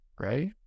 right